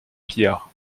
pillards